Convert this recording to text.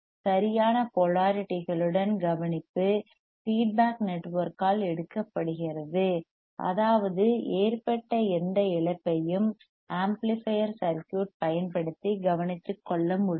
சரியான போலாரிட்டிகளின் கவனிப்பு ஃபீட்பேக் நெட்வொர்க்கால் எடுக்கப்படுகிறது அதாவது ஏற்பட்ட எந்த இழப்பையும் ஆம்ப்ளிபையர் சர்க்யூட் பயன்படுத்தி கவனித்துக்கொள்ள முடியும்